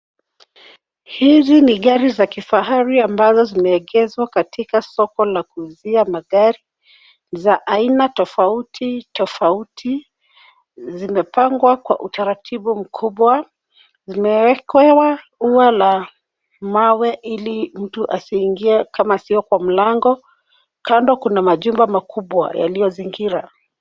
Hizi ni gari za kifahari ambazo zimeegeshwa katika soko za kuuzia magari, za aina tofauti tofauti, zimepangwa kwa utaratibu mkubwa, zimewekewa ua la mawe ili mtu asiingie kama sio kwa mlango, kando kuna majumba makubwa yaliyozingira.